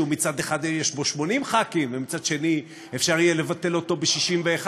שמצד אחד יש בו 80 ח"כים ומצד שני אפשר יהיה לבטל אותו ב-61,